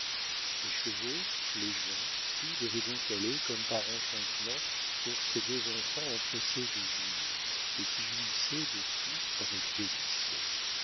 les chevaux les gens tout devait donc aller comme par enchantement pour ces deux enfants empressés de jouir et qui jouissaient de tout avec délices